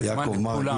יעקב מרגי,